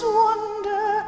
wonder